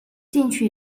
进去